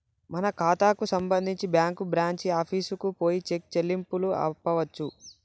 మన ఖాతాకు సంబంధించి బ్యాంకు బ్రాంచి ఆఫీసుకు పోయి చెక్ చెల్లింపును ఆపవచ్చు